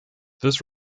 this